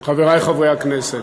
תודה רבה לך, חברי חברי הכנסת,